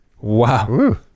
Wow